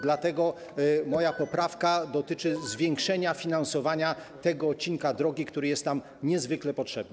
Dlatego moja poprawka dotyczy zwiększenia finansowania tego odcinka drogi, który jest nam niezwykle potrzebny.